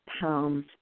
pounds